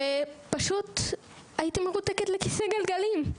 ופשוט הייתי מרותקת לכיסא גלגלים,